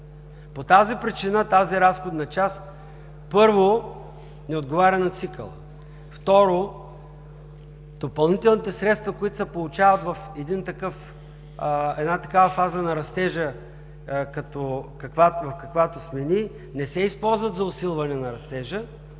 По тази причина тази разходна част – първо, не отговаря на цикъла. Второ, допълнителните средства, които се получават в една такава фаза на растежа, в каквато сме ние, не се използват за усилване на растежа,